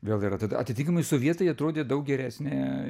vėl yra tad atitinkamai sovietai atrodė daug geresnė